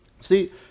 See